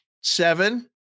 seven